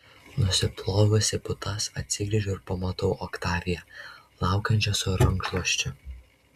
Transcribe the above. nusiplovusi putas atsigręžiu ir pamatau oktaviją laukiančią su rankšluosčiu